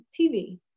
TV